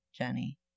Jenny